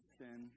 sin